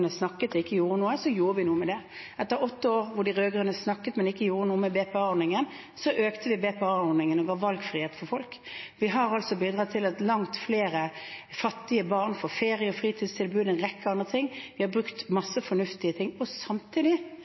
snakket og ikke gjorde noe, gjorde vi noe med det. Etter åtte år der de rød-grønne snakket, men ikke gjorde noe med BPA-ordningen, utvidet vi BPA-ordningen og ga valgfrihet for folk. Vi har også bidratt til at langt flere fattige barn får ferie- og fritidstilbud og en rekke andre ting. Vi har brukt masse penger på fornuftige ting, samtidig